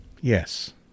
Yes